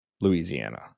louisiana